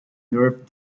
nerve